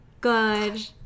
good